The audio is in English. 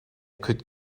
could